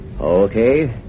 Okay